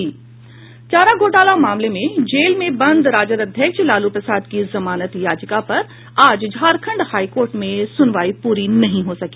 चारा घोटाला मामले में जेल में बंद राजद अध्यक्ष लालू प्रसाद की जमानत याचिका पर आज झारखंड हाईकोर्ट में सुनवाई पूरी नहीं हो सकी